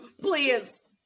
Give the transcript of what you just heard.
Please